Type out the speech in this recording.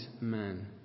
man